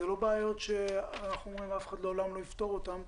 אלה לא בעיות שאנחנו אומרים שאף אחד לעולם לא יפתור אותן,